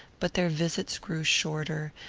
but their visits grew shorter,